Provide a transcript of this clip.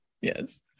Yes